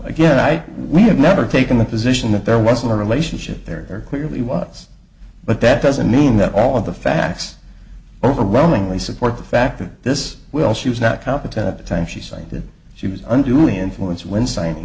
again i we have never taken the position that there was no relationship there clearly was but that doesn't mean that all of the facts overwhelmingly support the fact that this will she was not competent at the time she cited she was under the influence when signing